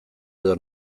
edo